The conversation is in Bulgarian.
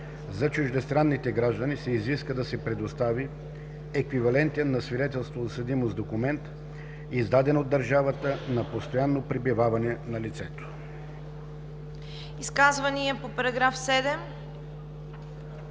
За чуждестранните граждани се изисква да се предостави еквивалентен на свидетелство за съдимост документ, издаден от държавата на постоянно пребиваване на лицето.“ ПРЕДСЕДАТЕЛ